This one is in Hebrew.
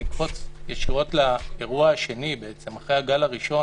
אקפוץ ישירות לאירוע השני בעצם, אחרי הגל הראשון.